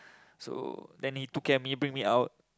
so then he took care of me bring me out